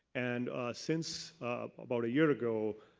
and since about a year ago,